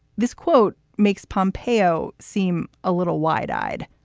this quote makes pompeo seem a little wide eyed,